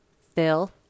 Phil